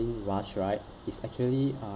rush right is actually uh